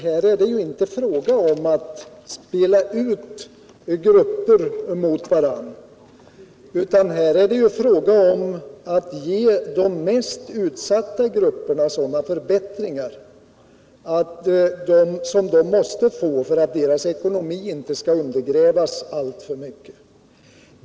Här är det ju inte fråga om att spela ut grupper mot varandra, utan här är det fråga om att ge de mest utsatta grupperna sådana förbättringar som de måste få för att deras ekonomi inte skall undergrävas alltför mycket.